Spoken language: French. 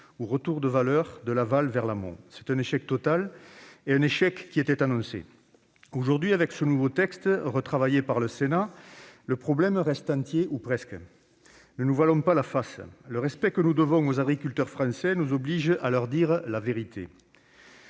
ou retour de valeur de l'aval vers l'amont. C'est un échec total, et un échec qui était annoncé. Aujourd'hui, avec ce nouveau texte retravaillé par le Sénat, le problème reste entier ou presque. Mais ne nous voilons pas la face : le respect que nous devons aux agriculteurs français nous oblige à leur dire la vérité.